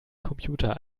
computer